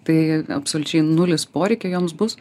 tai absoliučiai nulis poreikio joms bus